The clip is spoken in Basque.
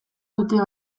dute